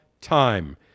time